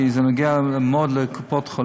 כי זה נוגע מאוד לקופות-חולים.